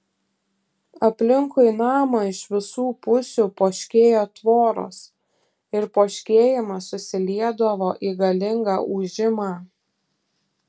aplinkui namą iš visų pusių poškėjo tvoros ir poškėjimas susiliedavo į galingą ūžimą